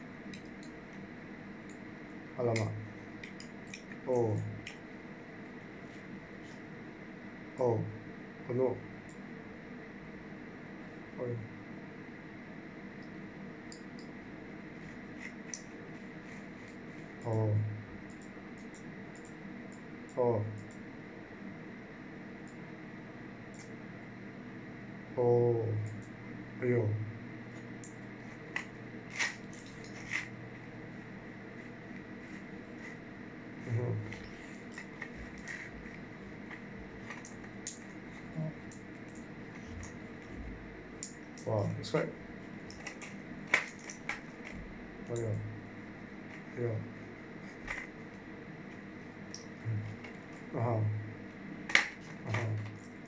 !alamak! oh oh I know oh oh oh oh !aiyo! (uh huh) oh that's right ya ya a'ah a'ah